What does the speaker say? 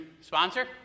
sponsor